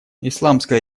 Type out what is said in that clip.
исламская